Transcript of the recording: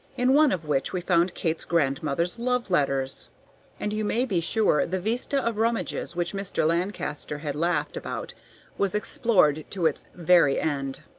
in one of which we found kate's grandmother's love-letters and you may be sure the vista of rummages which mr. lancaster had laughed about was explored to its very end.